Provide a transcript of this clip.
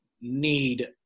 need –